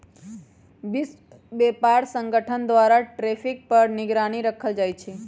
विश्व व्यापार संगठन द्वारा टैरिफ पर निगरानी राखल जाइ छै